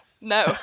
no